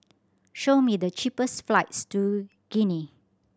show me the cheapest flights to Guinea